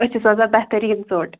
أسۍ چھِ سوزان بہتریٖن ژوٚٹ